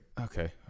Okay